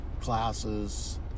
classes